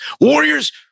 Warriors